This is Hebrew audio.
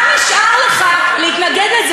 מה נשאר לך להתנגד לזה,